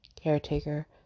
Caretaker